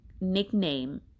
nickname